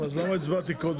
אתם רוצים להוסיף משהו?